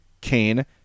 Kane